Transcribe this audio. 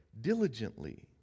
diligently